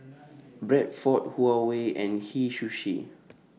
Bradford Huawei and Hei Sushi